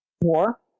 war